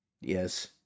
Yes